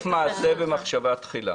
סוף מעשה במחשבה תחילה.